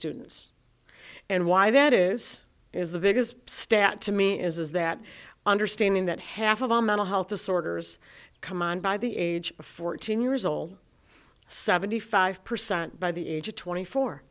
students and why that is is the biggest stat to me is that understanding that half of all mental health disorders come on by the age of fourteen years old seventy five percent by the age of twenty four